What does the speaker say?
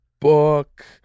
book